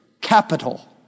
Capital